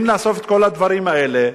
אם נאסוף את כל הדברים האלה,